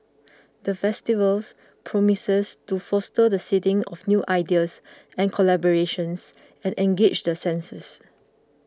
the festivals promises to foster the seeding of new ideas and collaborations and engage the senses